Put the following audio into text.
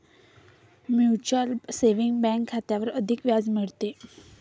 mutual saving bank खात्यावर अधिक व्याज मिळते